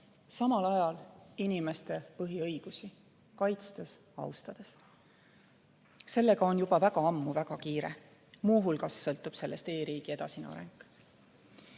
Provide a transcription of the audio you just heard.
samal ajal inimeste põhiõigusi kaitstes ja austades. Sellega on juba ammu väga kiire, muu hulgas sõltub sellest e-riigi edasine areng.